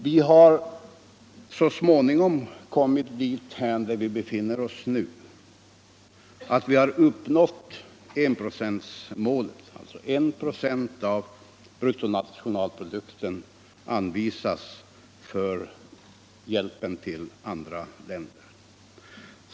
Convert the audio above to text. Vi har så småningom uppnått enprocentsmålet, vilket innebär att I 26 av bruttonationalprodukten anvisas för hjälpen till andra länder.